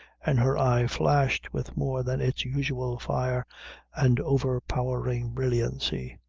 and her eye flashed with more than its usual fire and overpowering brilliancy,